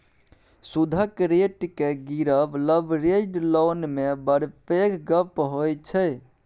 सुदक रेट केँ गिरब लबरेज्ड लोन मे बड़ पैघ गप्प होइ छै